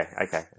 okay